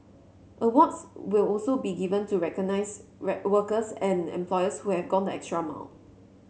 awards will also be given to recognize workers and employers who have gone the extra mile